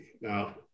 Now